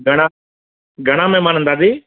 घणा घणा महिमान दादी